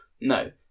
No